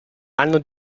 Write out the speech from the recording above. hanno